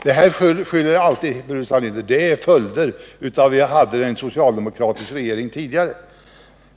Herr Burenstam Linder skyller alltid på att det är följder av att vi hade en socialdemokratisk regering tidigare.